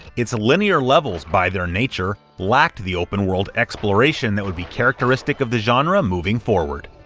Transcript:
it's linear levels by their nature lacked the open-world exploration that would be characteristic of the genre moving forward.